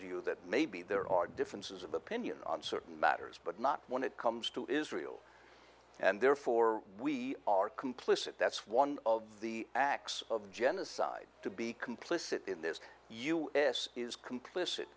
you that maybe there are differences of opinion on certain matters but not when it comes to israel and therefore we are complicit that's one of the acts of genocide to be complicit in this us is complicit